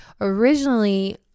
originally